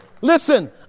Listen